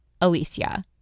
Alicia